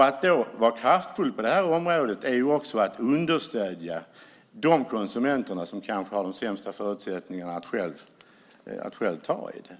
Att vara kraftfull på det här området är att stödja de konsumenter som kanske har de sämsta förutsättningarna att själv ta tag i frågan.